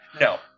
No